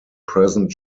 present